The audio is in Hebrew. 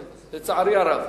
כן, לצערי הרב.